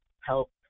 help